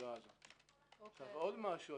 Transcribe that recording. עוד משהו.